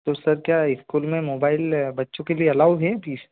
तो सर क्या इस्कूल में मोबाइल बच्चों के लिए अलाउड है